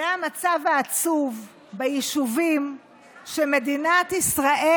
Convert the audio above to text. זה המצב העצוב ביישובים שמדינת ישראל